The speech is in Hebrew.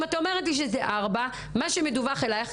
אם את אומרת שרק ארבע מדווחים אליך,